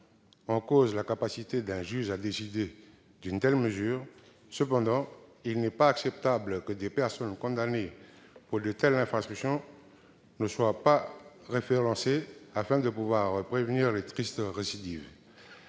en cause la capacité d'un juge à décider d'une telle mesure. Cependant, il n'est pas acceptable que des personnes condamnées pour de telles infractions ne soient pas référencées afin de pouvoir prévenir de tristes récidives.